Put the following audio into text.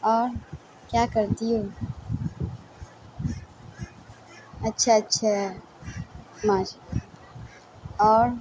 اور کیا کرتی ہوں اچھا اچھا ماش اور